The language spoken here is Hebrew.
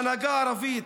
ההנהגה הערבית,